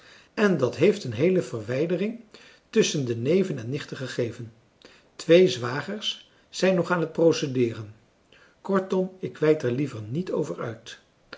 en dat heeft een heele verwijdering tusschen de neven en nichten gegeven twee zwagers zijn nog aan het procedeeren kortom ik weid er liever niet over uit